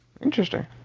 Interesting